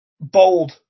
bold